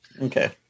Okay